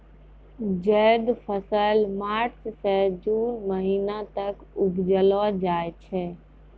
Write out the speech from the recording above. जैद फसल मार्च सें जून महीना तक उपजैलो जाय छै